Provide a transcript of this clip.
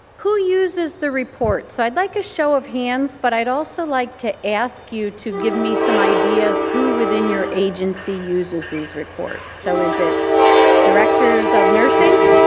who uses the reports? i'd like a show of hands. but i'd also like to ask you to give me some ideas who within your agency uses these reports? in so is it directors of nursing,